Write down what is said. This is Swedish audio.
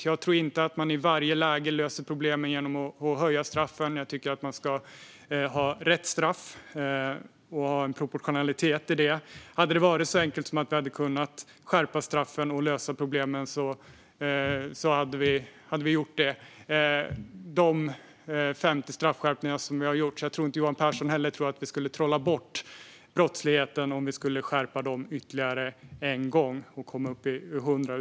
Jag tror inte att man i varje läge löser problemen genom att höja straffen. Jag tycker att man ska ha rätt straff och att det ska finnas en proportionalitet. Hade det varit så enkelt att vi hade kunnat lösa problemen genom att skärpa straffen hade vi gjort det. Vi har gjort 50 straffskärpningar. Jag tror inte att Johan Pehrson heller tror att vi skulle trolla bort brottsligheten om vi gjorde ytterligare skärpningar och kom upp i 100.